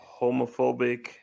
homophobic